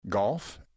golf